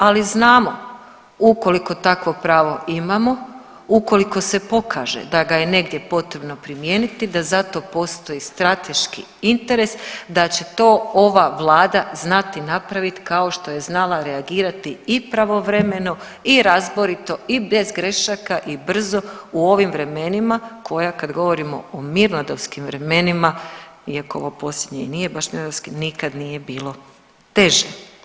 Ali znamo ukoliko takvo pravo imamo, ukoliko se pokaže da ga je negdje potrebno primijeniti da za to postoji strateški interes, da će to ova Vlada znati napraviti kao što je znala reagirati i pravovremeno i razborito i bez grešaka i brzo u ovim vremenima koja kad govorimo o mirnodopskim vremenima, iako ovo posljednje nije baš mirnodopski nikad nije bilo teže.